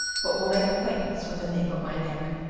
but will make acquaintance with the nape of my neck.